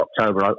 October